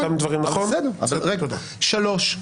שלוש,